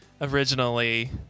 originally